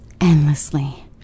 Endlessly